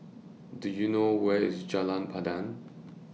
Do YOU know Where IS Jalan Pandan